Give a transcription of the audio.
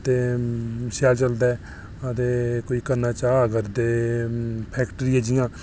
ते शैल चलदा ऐ ते कोई करना चाह् अगर ते फैक्टरी ऐ जि'यां